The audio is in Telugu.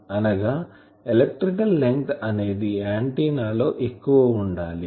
అనగా ఎలక్ట్రికల్ లెంగ్త్ అనేది ఆంటిన్నా లో ఎక్కువ ఉండాలి